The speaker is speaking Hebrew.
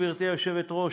גברתי היושבת-ראש,